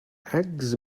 eggs